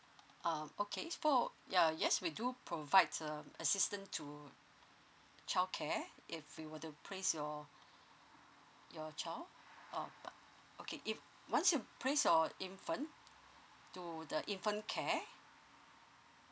uh okay it's for ya yes we do provide um assistant to childcare if we were to place your your child uh okay if once you place your infant to the infant care